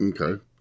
Okay